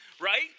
right